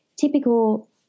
typical